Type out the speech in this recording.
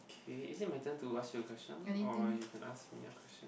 okay is it my turn to ask you a question or you can ask me a question